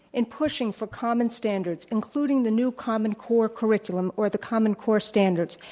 in pushing for common standards, including the new common core curriculum or the common core standards